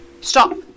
Stop